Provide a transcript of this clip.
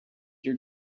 your